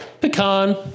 pecan